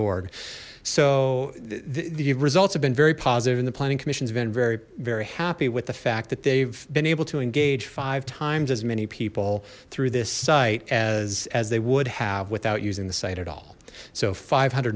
org so the results have been very positive and the planning commission's have been very very happy with the fact that they've been able to engage five times as many people through this site as as they would have without using the site at all so five hundred